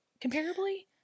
comparably